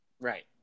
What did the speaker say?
Right